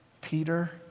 Peter